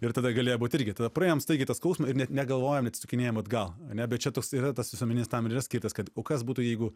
ir tada galėjo būt irgi tada praėjom staigiai tą skausmą net negalvojam atsisukinėjam atgal ane bet čia toks yra tas visiuomeninis būtent tam ir yra skirtas kad o kas būtų jeigu